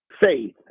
faith